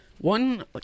one